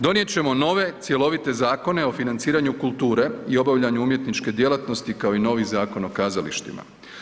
Donijet ćemo nove cjelovite zakone o financiranju kulture i obavljanju umjetničke djelatnosti kao i novi zakon o kazalištima.